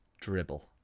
Dribble